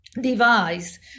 device